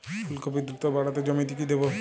ফুলকপি দ্রুত বাড়াতে জমিতে কি দেবো?